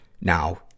now